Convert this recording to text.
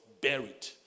buried